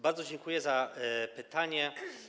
Bardzo dziękuję za pytania.